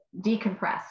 decompress